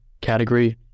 category